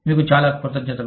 మీకు చాలా కృతజ్ఞతలు